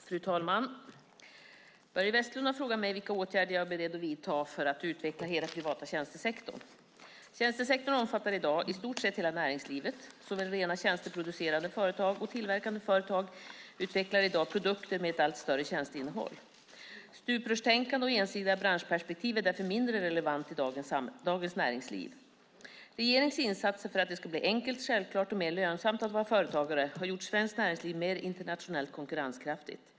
Fru talman! Börje Vestlund har frågat mig vilka åtgärder jag är beredd att vidta för att utveckla hela privata tjänstesektorn. Tjänstesektorn omfattar i dag i stort sett hela näringslivet. Såväl rena tjänsteproducerande företag som tillverkande företag utvecklar i dag produkter med ett allt större tjänsteinnehåll. Stuprörstänkande och ensidiga branschperspektiv är därför mindre relevant i dagens näringsliv. Regeringens insatser för att det ska bli enkelt, självklart och mer lönsamt att vara företagare har gjort svenskt näringsliv mer internationellt konkurrenskraftigt.